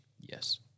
Yes